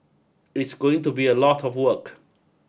it's going to be a lot of work